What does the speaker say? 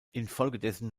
infolgedessen